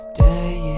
day